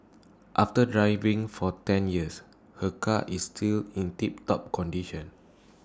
after driving for ten years her car is still in tiptop condition